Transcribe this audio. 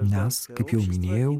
nes kaip jau minėjau